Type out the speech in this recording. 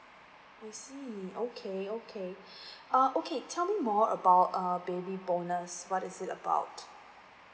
I see okay okay uh okay tell me more about err baby bonus what is it about